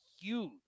huge